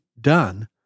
done